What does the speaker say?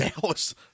Dallas